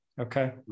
Okay